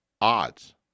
odds